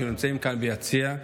ונמצאים כאן ביציע.